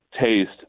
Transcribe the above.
Taste